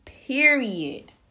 period